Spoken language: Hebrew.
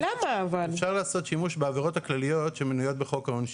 אפשר לעשות שימוש בעבירות הכלליות שמנויות בחוק העונשין.